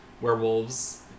werewolves